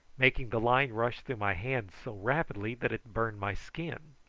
making the line rush through my hands so rapidly that it burned my skin.